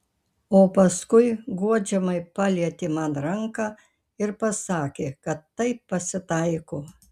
o paskui guodžiamai palietė man ranką ir pasakė kad taip pasitaiko